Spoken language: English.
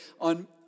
on